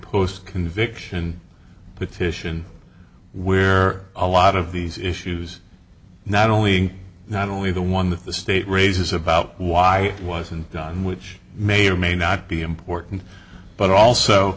post conviction but titian where a lot of these issues not only not only the one that the state raises about why it wasn't done which may or may not be important but also